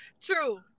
True